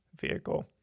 vehicle